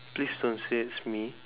please don't say it's me